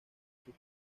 sus